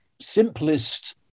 simplest